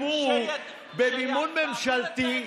ולכן אני אומר לכם: כל הסיפור במימון ממשלתי,